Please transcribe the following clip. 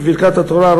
בברכת התורה,